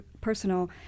personal